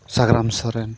Sagram Soren